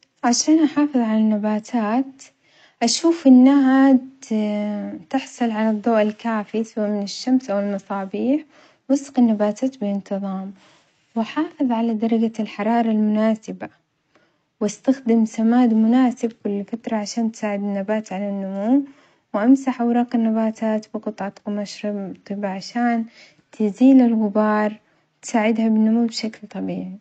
عشان أحافظ على النباتات أشوف إنها ت تحصل على الضوء الكافي سوا من الشمس أو المصابيح واسقي النباتات بانتظام، وحافظ على درجة الحرارة المناسبة واستخدم سماد مناسب كل فترة عشان تساعد النبات على النمو وأمسح أوراق النباتات بقطعة قماش رم-رطب عشان تزيل الغبار وتساعدها بالنمو بشكل طبيعي.